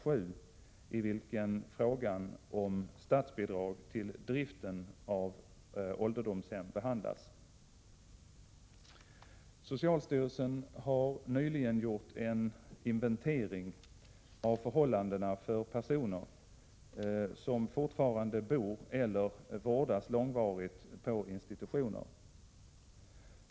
7 i vilken frågan om statsbidrag till driften av ålderdomshem behandlas. Socialstyrelsen har nyligen gjort en inventering av förhållandena för personer som fortfarande bor eller vårdas långvarigt på institutioner.